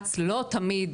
והבג"צ לא תמיד,